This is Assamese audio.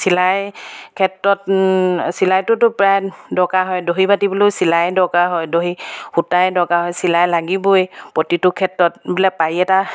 চিলাই ক্ষেত্ৰত চিলাইটোতো প্ৰায় দৰকাৰ হয় দহি বাতিবলৈও চিলাই দৰকাৰ হয় দহি সূতাই দৰকাৰ হয় চিলাই লাগিবই প্ৰতিটো ক্ষেত্ৰত বোলে পাৰি এটা